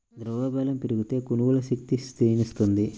ద్రవ్యోల్బణం పెరిగితే, కొనుగోలు శక్తి క్షీణిస్తుంది